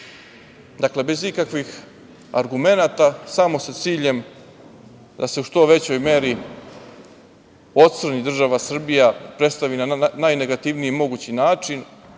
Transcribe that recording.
nestao. Dakle, bez ikakvih argumenata, samo sa ciljem da se u što većoj meri ocrni država Srbija, predstavi na najnegativniji mogući način,